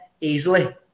easily